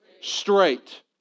straight